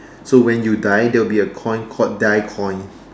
so when you die there'll be a coin called die coin